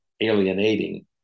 alienating